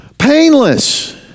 Painless